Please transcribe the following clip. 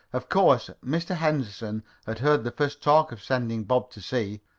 of course, mr. henderson had heard the first talk of sending bob to sea,